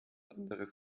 anderes